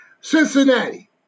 Cincinnati